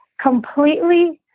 completely